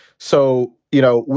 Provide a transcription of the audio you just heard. so, you know,